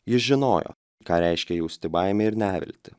jis žinojo ką reiškia jausti baimę ir neviltį